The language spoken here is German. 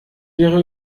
wäre